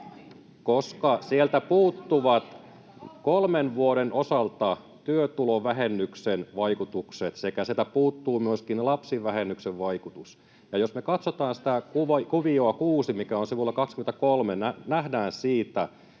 että sieltä puuttuvat kolmen vuoden osalta työtulovähennyksen vaikutukset sekä sieltä puuttuu myöskin lapsivähennyksen vaikutus. Jos me katsotaan sitä kuviota 6, mikä on sivulla 23, niin nähdään siitä,